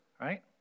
right